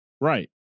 Right